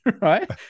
right